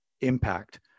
impact